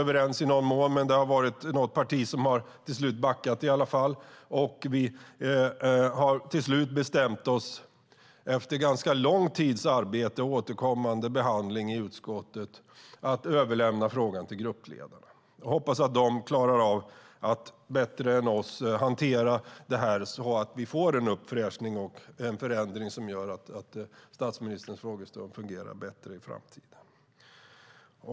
Vi har i någon mån kommit överens, men det har varit något parti som till slut har backat. Utskottet har efter lång tids arbete och återkommande behandling bestämt att överlämna frågan till gruppledarna. Jag hoppas att de bättre än vi klarar av att hantera institutet så att det blir en uppfräschning och förändring som gör att statsministerns frågestund fungerar bättre i framtiden.